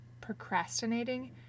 procrastinating